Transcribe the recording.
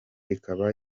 ikaba